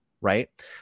right